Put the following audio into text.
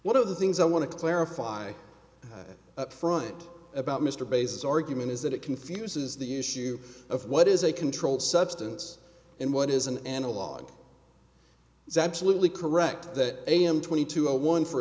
one of the things i want to clarify upfront about mr basis argument is that it confuses the issue of what is a controlled substance and what is an analog is absolutely correct that am twenty two a one for